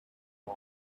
boy